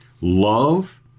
Love